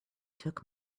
took